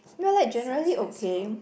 we're like generally okay